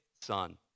son